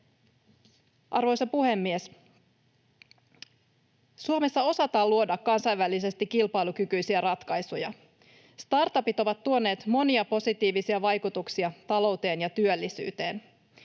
Arvoisa puhemies! Suomessa osataan luoda kansainvälisesti kilpailukykyisiä ratkaisuja. Startupit ovat tuoneet monia positiivisia vaikutuksia talouteen ja työllisyyteen.